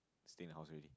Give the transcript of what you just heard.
stay in the house already